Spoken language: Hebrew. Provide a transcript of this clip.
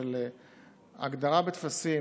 של הגדרה בטפסים,